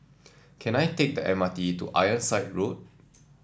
can I take the M R T to Ironside Road